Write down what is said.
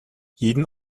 jeden